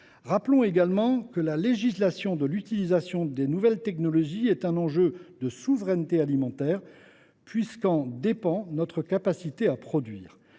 Rappelons également que la légalisation de l’utilisation de ces nouvelles technologies est un enjeu de souveraineté alimentaire puisque notre capacité à produire